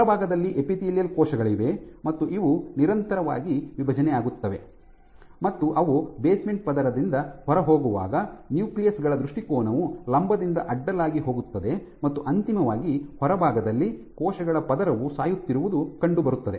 ಹೊರಭಾಗದಲ್ಲಿ ಎಪಿತೀಲಿಯಲ್ ಕೋಶಗಳಿವೆ ಮತ್ತು ಇವು ನಿರಂತರವಾಗಿ ವಿಭಜನೆಯಾಗುತ್ತವೆ ಮತ್ತು ಅವು ಬೇಸ್ಮೆಂಟ್ ಪದರದಿಂದ ಹೊರಹೋಗುವಾಗ ನ್ಯೂಕ್ಲಿಯಸ್ ಗಳ ದೃಷ್ಟಿಕೋನವು ಲಂಬದಿಂದ ಅಡ್ಡಲಾಗಿ ಹೋಗುತ್ತದೆ ಮತ್ತು ಅಂತಿಮವಾಗಿ ಹೊರಭಾಗದಲ್ಲಿ ಕೋಶಗಳ ಪದರವು ಸಾಯುತ್ತಿರುವುದು ಕಂಡುಬರುತ್ತದೆ